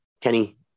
Kenny